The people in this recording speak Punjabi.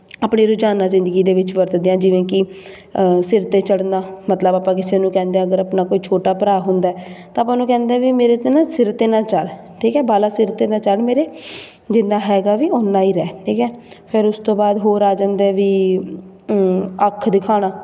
ਆਪਣੇ ਰੋਜ਼ਾਨਾ ਜ਼ਿੰਦਗੀ ਦੇ ਵਿੱਚ ਵਰਤਦੇ ਹਾਂ ਜਿਵੇਂ ਕਿ ਸਿਰ 'ਤੇ ਚੜ੍ਹਨਾ ਮਤਲਬ ਆਪਾਂ ਕਿਸੇ ਨੂੰ ਕਹਿੰਦੇ ਅਗਰ ਆਪਣਾ ਕੋਈ ਛੋਟਾ ਭਰਾ ਹੁੰਦਾ ਤਾਂ ਆਪਾਂ ਉਹਨੂੰ ਕਹਿੰਦੇ ਵੀ ਮੇਰੇ 'ਤੇ ਨਾ ਸਿਰ 'ਤੇ ਨਾ ਚੜ੍ਹ ਠੀਕ ਆ ਬਾਹਲਾ ਸਿਰ 'ਤੇ ਨਾ ਚੜ੍ਹ ਮੇਰੇ ਜਿੰਨਾ ਹੈਗਾ ਵੀ ਓਨਾ ਹੀ ਰਹਿ ਠੀਕ ਹੈ ਫਿਰ ਉਸ ਤੋਂ ਬਾਅਦ ਹੋਰ ਆ ਜਾਂਦੇ ਵੀ ਅੱਖ ਦਿਖਾਉਣਾ